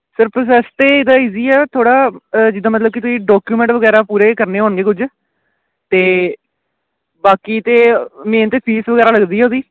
sir process 'ਤੇ ਇਹਦਾ easy ਆ ਥੋੜ੍ਹਾ ਜਿੱਦਾਂ ਮਤਲਬ ਕਿ ਤੁਸੀਂ ਡੋਕੂਮੈਂਟ ਵਗੈਰਾ ਪੂਰੇ ਕਰਨੇ ਹੋਣਗੇ ਕੁਝ ਤਾਂ ਬਾਕੀ ਤਾਂ ਮੇਨ ਤਾਂ ਫੀਸ ਵਗੈਰਾ ਲੱਗਦੀ ਉਹਦੀ